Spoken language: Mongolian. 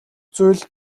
зүйл